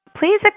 please